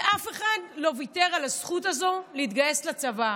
ואף אחד לא ויתר על הזכות הזו להתגייס לצבא.